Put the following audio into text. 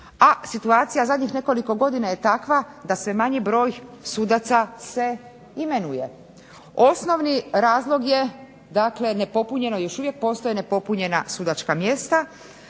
A situacija zadnjih nekoliko godina je takva da sve manji broj sudaca se imenuje. Osnovni razlog je dakle nepopunjeno, još uvijek postoje nepopunjena sudačka mjesta.